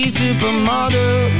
supermodel